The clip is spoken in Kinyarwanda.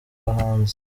bahanzi